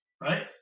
right